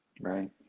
Right